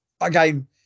Again